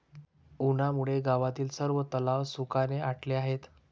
उन्हामुळे गावातील सर्व तलाव सुखाने आटले आहेत